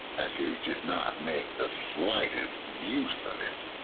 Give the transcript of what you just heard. as you did not make the slightest use of it.